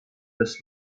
des